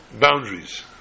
boundaries